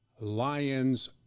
Lions